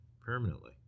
permanently